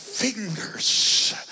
fingers